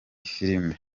filime